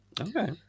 Okay